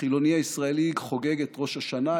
החילוני הישראלי חוגג את ראש השנה,